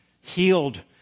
healed